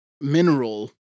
mineral